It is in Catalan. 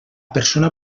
persona